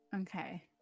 okay